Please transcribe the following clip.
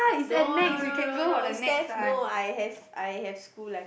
no no no no no STeph no I have I have school I